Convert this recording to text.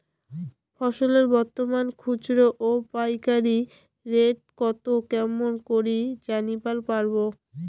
ফসলের বর্তমান খুচরা ও পাইকারি রেট কতো কেমন করি জানিবার পারবো?